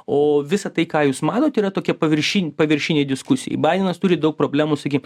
o visa tai ką jūs manot yra tokia paviršin paviršinė diskusijai baidenas turi daug problemų sakim